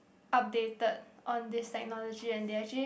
updated on this technology and they actually